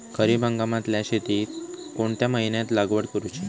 खरीप हंगामातल्या शेतीक कोणत्या महिन्यात लागवड करूची?